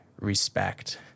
respect